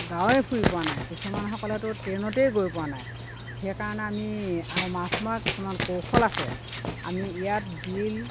গাঁৱে ফুৰি পোৱা নাই কিছুমানসকলেতো ট্ৰেইনতে গৈ পোৱা নাই সেইকাৰণে আমি আৰু মাছ মৰা কিছুমান কৌশল আছে আমি ইয়াত বিল